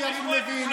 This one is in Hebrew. שלא משמיעים אותו,